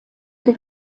den